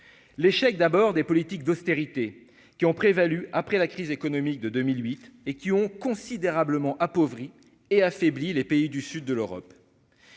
l'échec d'abord des politiques d'austérité qui ont prévalu après la crise économique de 2008 et qui ont considérablement appauvrie et affaiblie, les pays du sud de l'Europe,